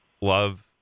Love